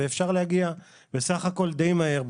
ואפשר להגיע סך הכל דיי מהר,